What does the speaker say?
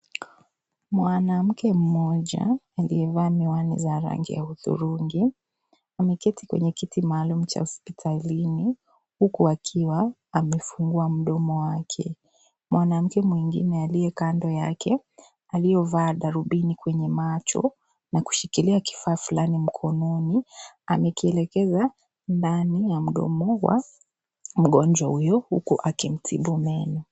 Mwanamke mmoja aliyevaa miwani za rangi ya hudhurungi, ameketi kwenye kiti maalum cha hospitalini, huku akiwa amefungua mdomo wake. Mwanamke mwingine aliye kando yake aliyovaa darubini kwenye macho na kushikilia kifaa fulani mkononi, amekielekeza ndani ya mdomo wa mgonjwa huyo huku akimtibu meno.